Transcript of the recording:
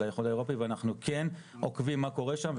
האיחוד האירופאי ואנחנו כן עוקבים מה קורה שם.